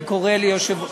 אני קורא ליושב-ראש,